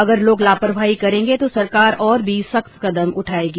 अगर लोग लापरवाही करेंगे तो सरकार और भी सख्त कदम उठाएगी